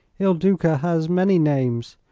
il duca has many names,